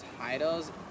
titles